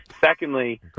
Secondly